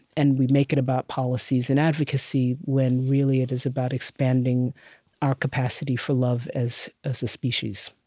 and we make it about policies and advocacy, when really it is about expanding our capacity for love, as as a species